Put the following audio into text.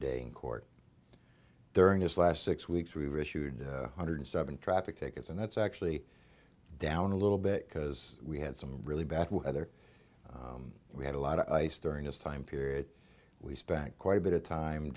day in court during this last six weeks we were issued hundred seven traffic tickets and that's actually down a little bit because we had some really bad weather we had a lot of ice during this time period we spent quite a bit of time